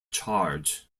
charge